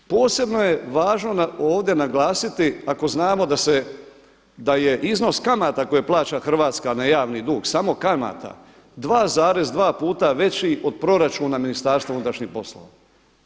Posebno je važno ovdje naglasiti ako znamo da je iznos kamata koje plaća Hrvatska na javni dug, samo kamata, 2,2 puta veći od proračuna MUP-a.